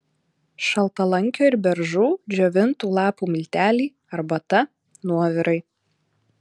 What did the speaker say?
šaltalankio ir beržų džiovintų lapų milteliai arbata nuovirai